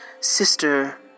Sister